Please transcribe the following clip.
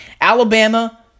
Alabama